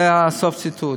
זה סוף הציטוט.